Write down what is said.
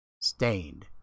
stained